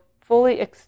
fully